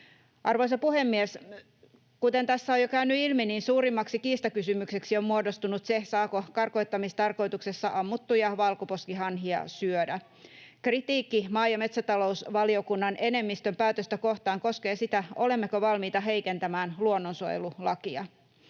Arvoisa puhemies! Kuten tässä on jo käynyt ilmi, suurimmaksi kiistakysymykseksi on muodostunut se, saako karkottamistarkoituksessa ammuttuja valkoposkihanhia syödä. Kritiikki maa- ja metsätalousvaliokunnan enemmistön päätöstä kohtaan koskee sitä, olemmeko valmiita heikentämään luonnonsuojelulakia.